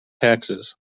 taxes